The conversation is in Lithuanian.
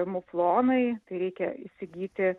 muflonai tai reikia įsigyti